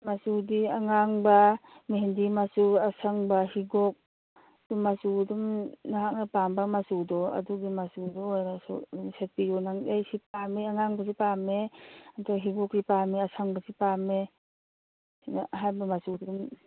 ꯃꯆꯨꯗꯤ ꯑꯉꯥꯡꯕ ꯃꯦꯍꯦꯟꯗꯤ ꯃꯆꯨ ꯑꯁꯪꯕ ꯍꯤꯒꯣꯛꯀꯤ ꯃꯆꯨ ꯑꯗꯨꯝ ꯅꯍꯥꯛꯅ ꯄꯥꯝꯕ ꯃꯆꯨꯗꯣ ꯑꯗꯨꯒꯤ ꯃꯆꯨꯗꯣ ꯑꯣꯏꯔꯁꯨ ꯑꯗꯌꯝ ꯁꯦꯠꯄꯤꯌꯣ ꯅꯪ ꯑꯩ ꯁꯤ ꯄꯥꯝꯃꯤ ꯑꯉꯥꯡꯕꯁꯦ ꯄꯥꯝꯃꯦ ꯑꯗꯣ ꯍꯤꯒꯣꯛꯁꯦ ꯄꯥꯝꯃꯦ ꯑꯁꯪꯕꯁꯤ ꯄꯥꯝꯃꯦꯅ ꯍꯥꯏꯕ ꯃꯆꯨꯗꯣ ꯑꯗꯨꯝ